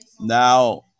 now